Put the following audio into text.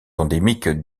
endémique